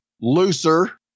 looser